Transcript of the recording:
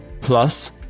Plus